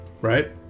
right